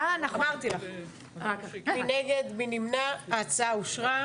הנושא הוא דיון והצבעה על מיזוג שתי הצעות חוק לקריאה ראשונה,